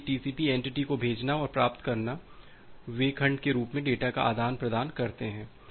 इसलिए TCP entity को भेजना और प्राप्त करना वे खंड के रूप में डेटा का आदान प्रदान करते हैं